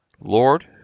Lord